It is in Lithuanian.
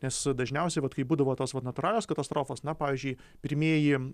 nes dažniausiai vat kai būdavo tos vat natūralios katastrofos na pavyzdžiui pirmieji